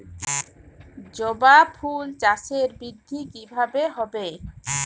জবা ফুল চাষে বৃদ্ধি কিভাবে হবে?